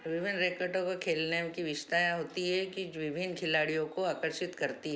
विभिन्न रैकेटों में खेलने की विशेषताएँ होती हैं जो विभिन्न खिलाड़ियों को आकर्षित करती हैं